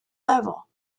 level